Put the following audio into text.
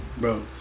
bro